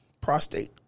Prostate